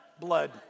Blood